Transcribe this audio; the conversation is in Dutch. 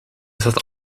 zat